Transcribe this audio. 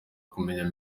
kumenya